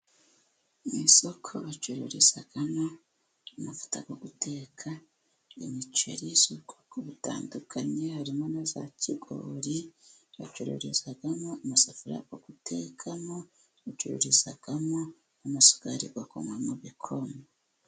Mu isoko bacururizamo amavuta yo guteka, imiceri y'ubwoko butandukanye, harimo na za kigori, bacururizamo amasafuriya yo gutekamo, bacururizamo amasukari yo kunywa mu gikoma.